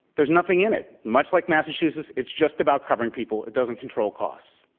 there's nothing in it. much like massachusetts, it's just about covering people. it doesn't control costs.